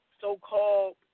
so-called